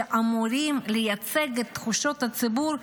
שאמורים לייצג את תחושות הציבור,